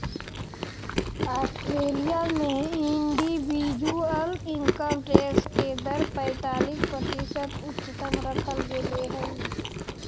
Australia में individual income tax के दर पैंतालीस प्रतिशत उच्चतम रखल गेले हई